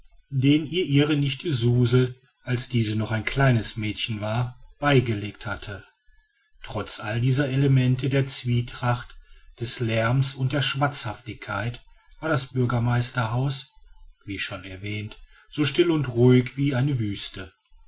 den ihr ihre nichte suzel als diese noch ein kleines mädchen war beigelegt hatte trotz all dieser elemente der zwietracht des lärms und der schwatzhaftigkeit war das bürgermeisterhaus wie schon erwähnt so still und ruhig wie eine wüste